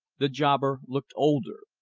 the jobber looked older.